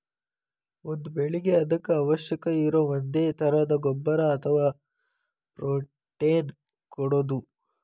ಒಂದ ಬೆಳಿಗೆ ಅದಕ್ಕ ಅವಶ್ಯಕ ಇರು ಒಂದೇ ತರದ ಗೊಬ್ಬರಾ ಅಥವಾ ಪ್ರೋಟೇನ್ ಕೊಡುದು